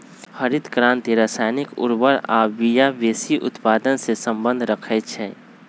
हरित क्रांति रसायनिक उर्वर आ बिया वेशी उत्पादन से सम्बन्ध रखै छै